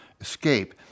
escape